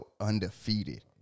undefeated